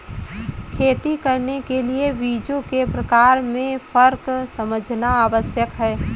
खेती करने के लिए बीजों के प्रकार में फर्क समझना आवश्यक है